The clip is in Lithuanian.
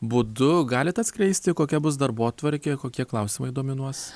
būdu galit atskleisti kokia bus darbotvarkė kokie klausimai dominuos